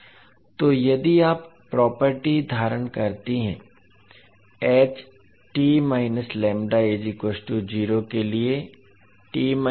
तो यदि यह प्रॉपर्टी धारण करती है के लिए या